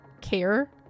care